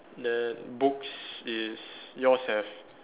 then books is yours have